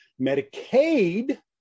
Medicaid